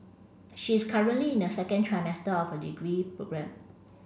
she is currently in her second trimester of her degree programme